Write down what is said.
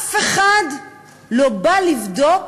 אף אחד לא בא לבדוק